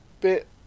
bit